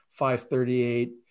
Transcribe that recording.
538